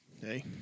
Hey